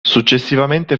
successivamente